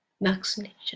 vaccination